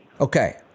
Okay